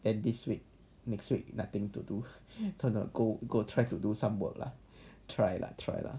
then this week next week nothing to do don't know go go try to do some work lah try lah try lah